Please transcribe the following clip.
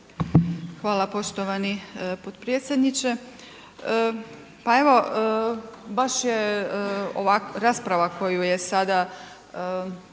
Hvala poštovani potpredsjedniče. Pa evo baš je rasprava koju je sada,